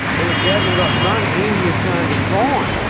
and if you haven't got money you turn to crime.